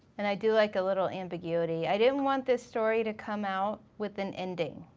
and i do like a little ambiguity. i didn't want this story to come out with an ending.